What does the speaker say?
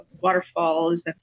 waterfalls